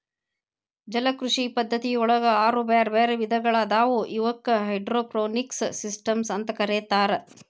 ಜಲಕೃಷಿ ಪದ್ಧತಿಯೊಳಗ ಆರು ಬ್ಯಾರ್ಬ್ಯಾರೇ ವಿಧಗಳಾದವು ಇವಕ್ಕ ಹೈಡ್ರೋಪೋನಿಕ್ಸ್ ಸಿಸ್ಟಮ್ಸ್ ಅಂತ ಕರೇತಾರ